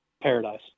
paradise